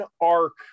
arc